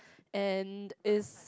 and is